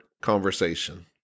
conversation